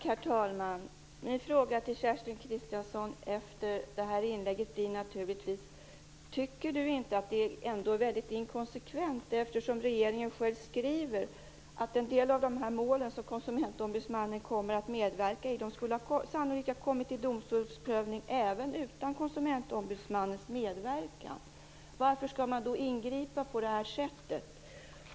Herr talman! Efter detta inlägg blir min fråga naturligtvis: Tycker inte Kerstin Kristiansson att detta är inkonsekvent, eftersom regeringen själv skriver att en del av de mål som Konsumentombudsmannen kommer att medverka i sannolikt skulle ha kommit till domstolsprövning även utan Konsumentombudsmannens medverkan? Varför skall man då ingripa på detta sätt?